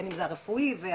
בין אם זה הרפואי והאחרים,